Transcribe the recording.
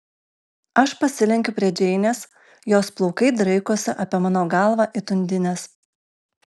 aš pasilenkiu prie džeinės jos plaukai draikosi apie mano galvą it undinės